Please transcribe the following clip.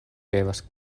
devas